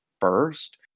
first